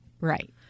Right